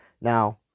Now